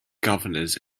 governors